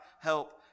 help